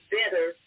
better